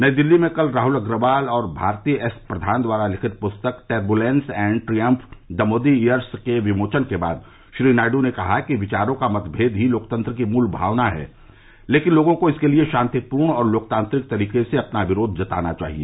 नई दिल्ली में कल राहल अग्रवाल और भारती एस प्रधान द्वारा लिखित पुस्तक turbulence and triumph the Modi years के विमोचन के बाद श्री नायडू ने कहा कि विचारों का मतमेद ही लोकतंत्र की मूल भावना है लेकिन लोगों को इसके लिए शांतिपूर्ण और लोकतांत्रिक तरीके से अपना विरोध जताना चाहिए